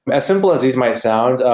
as simple as these might sound,